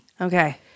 Okay